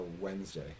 Wednesday